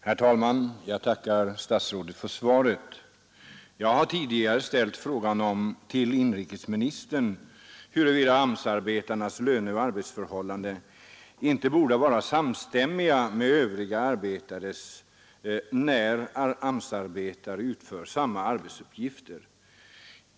Herr talman! Jag tackar statsrådet för svaret. Jag har tidigare frågat inrikesministern om inte AMS-arbetares löneoch arbetsförhållanden borde vara desamma som övriga arbetares, när AMS-arbetare utför samma arbetsuppgifter.